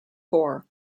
four